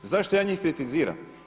Zašto je njih kritiziram?